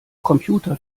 computer